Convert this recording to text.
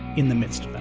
in the midst of that.